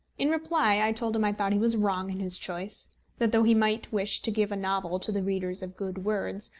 in reply i told him i thought he was wrong in his choice that though he might wish to give a novel to the readers of good words,